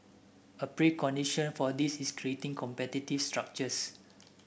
a precondition for this is creating competitive structures